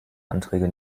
anträge